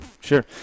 sure